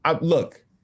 look